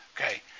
Okay